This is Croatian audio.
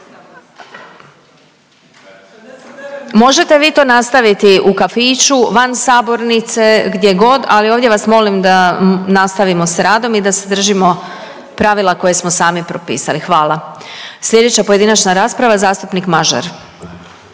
Možete vi to nastaviti u kafiću, van sabornice, gdje god ali ovdje vas molim da nastavimo sa radom i da se držimo pravila koje smo sami propisali. Hvala. Sljedeća pojedinačna rasprava zastupnik Mažar.